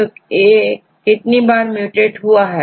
औरA कितनी बार MUTATE हुआ है